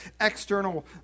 external